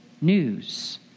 news